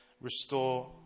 restore